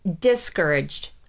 discouraged